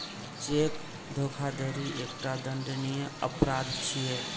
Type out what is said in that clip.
cheque धोखाधड़ी एकटा दंडनीय अपराध छियै